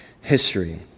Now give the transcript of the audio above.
history